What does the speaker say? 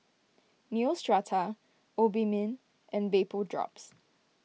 Neostrata Obimin and Vapodrops